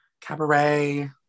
Cabaret